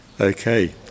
Okay